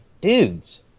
dudes